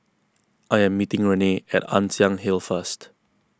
I am meeting Renee at Ann Siang Hill first